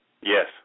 Yes